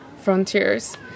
frontiers